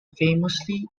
famously